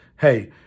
Hey